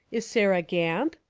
is sarah gamp?